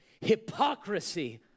Hypocrisy